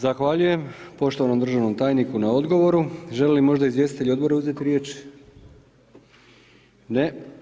Zahvaljujem poštovanom državnom tajniku na odgovoru, želi li možda izvjestitelj odbora uzeti riječ, ne.